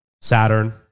Saturn